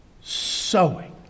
sowing